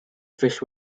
fish